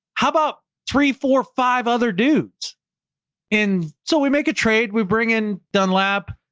how about three, four, five other dudes in, so we make a trade. we bring in dunlap.